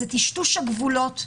זה טשטוש הגבולות.